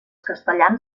castellans